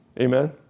Amen